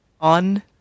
on